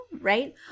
right